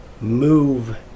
move